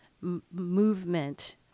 movement